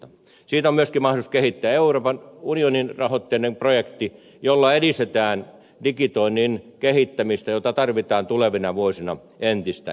siitä on myöskin mahdollisuus kehittää euroopan unioni rahoitteinen projekti jolla edistetään digitoinnin kehittämistä jota tarvitaan tulevina vuosina entistä enemmän